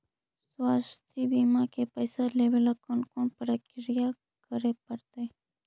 स्वास्थी बिमा के पैसा लेबे ल कोन कोन परकिया करे पड़तै?